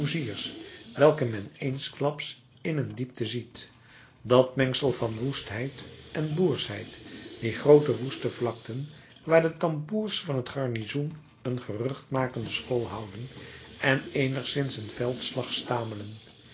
welke men eensklaps in een diepte ziet dat mengsel van woestheid en boerschheid die groote woeste vlakten waar de tamboers van het garnizoen een gerucht makende school houden en eenigszins een veldslag stamelen